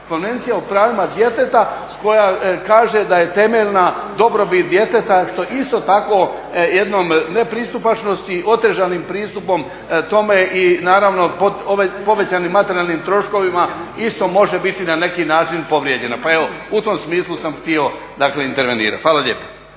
Konvencija o pravima djeteta koja kaže da je temeljna dobrobit djeteta što isto tako jednoj nepristupačnosti, otežanim pristupom tome i naravno povećanim materijalnim troškovima isto može biti na neki način povrijeđena. Pa evo u tom smislu sam htio dakle intervenirati. Hvala lijepa.